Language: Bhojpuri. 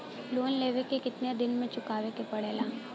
लोन लेवे के कितना दिन मे चुकावे के पड़ेला?